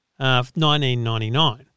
$19.99